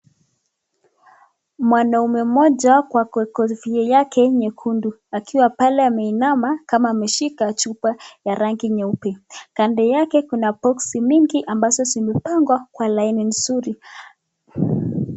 Mwanaume mmoja kwa kofia yake nyekundu